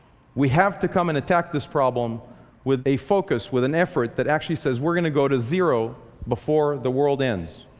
we have to come and attack this problem with a focus, with an effort that actually says, we're going to go to zero before the world ends.